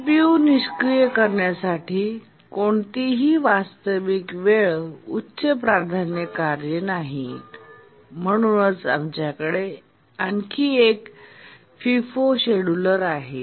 CPU निष्क्रिय करण्यासाठी कोणतीही वास्तविक वेळ उच्च प्राधान्य कार्ये नाहीत आणि म्हणूनच आमच्याकडे आणखी एक फिफो शेड्यूलर आहे